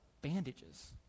bandages